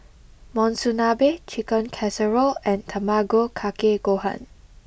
Monsunabe Chicken Casserole and Tamago Kake Gohan